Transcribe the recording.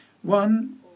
One